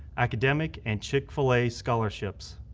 academic and chick fil a scholarships.